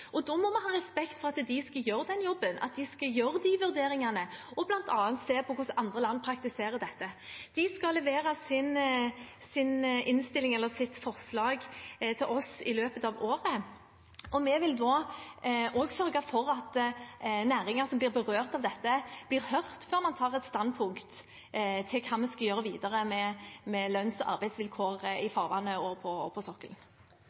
må ha respekt for at de som skal gjøre den jobben, skal foreta disse vurderingene og bl.a. se på hvordan andre land praktiserer dette. De skal levere sitt forslag til oss i løpet av året. Vi vil da sørge for at næringer som blir berørt av dette, blir hørt før man tar et standpunkt til hva vi skal gjøre videre med lønns- og arbeidsvilkår i farvannene og på sokkelen.